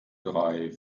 drei